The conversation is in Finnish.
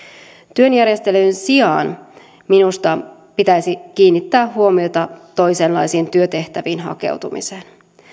työjärjestelyjen sijaan minusta pitäisi kiinnittää huomiota toisenlaisiin työtehtäviin hakeutumiseen